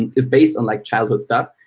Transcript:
is based on like childhood stuff,